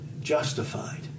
justified